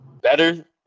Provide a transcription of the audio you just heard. better